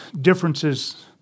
differences